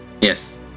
Yes